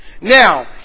Now